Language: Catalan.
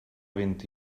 vint